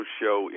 show